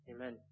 Amen